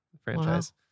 franchise